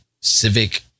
Civic